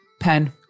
Pen